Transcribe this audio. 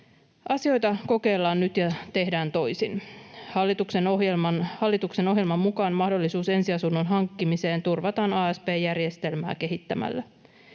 asioita kokeillaan ja tehdään toisin. Hallituksen ohjelman mukaan mahdollisuus ensiasunnon hankkimiseen turvataan asp-järjestelmää kehittämällä.